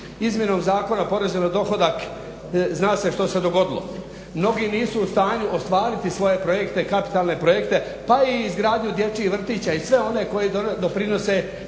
Izmjenom Zakona o porezu na dohodak zna se što se dogodilo. Mnogi nisu u stanju ostvariti svoje projekte, kapitalne projekte pa i izgradnju dječjih vrtića i sve one koji doprinose